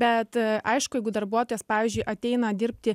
bet aišku jeigu darbuotojas pavyzdžiui ateina dirbti